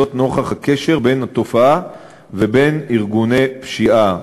נוכח הקשר בין התופעה ובין ארגוני פשיעה.